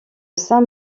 saint